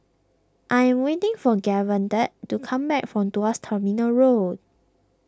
I am waiting for Davante to come back from Tuas Terminal Road